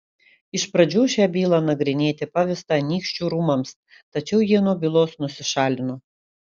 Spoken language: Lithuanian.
iš pradžių šią bylą nagrinėti pavesta anykščių rūmams tačiau jie nuo bylos nusišalino